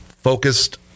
focused